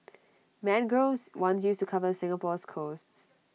mangroves once used to cover Singapore's coasts